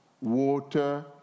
water